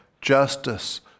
justice